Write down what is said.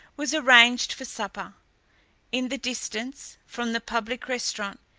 was arranged for supper in the distance, from the public restaurant,